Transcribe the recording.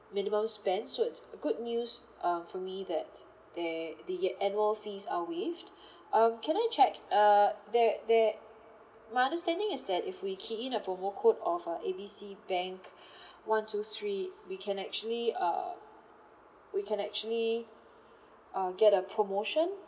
minimum spend so it's good news uh for me that they the uh annual fees are waived um can I check uh there there my understanding is that if we key in a promo code uh for A B C bank one two three we can actually UH we can actually uh get a promotion